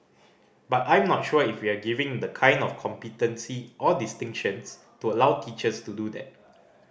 but I'm not sure if we're giving the kind of competency or distinctions to allow teachers to do that